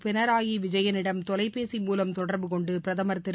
பினராயி விஜயனிடம் தொலைபேசி மூலம் தொடர்பு கொண்டு பிரதமர் திரு